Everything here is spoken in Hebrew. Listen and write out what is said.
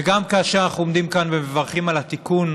וגם כאשר אנחנו עומדים כאן ומברכים על התיקון